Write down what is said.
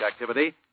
activity